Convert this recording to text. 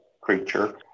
creature